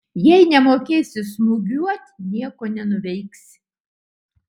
jei nemokėsi smūgiuot nieko nenuveiksi